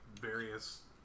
various